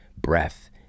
breath